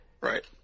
right